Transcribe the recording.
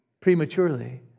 prematurely